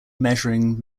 measuring